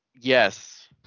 yes